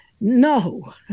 No